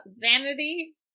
Vanity